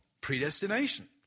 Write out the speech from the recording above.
predestination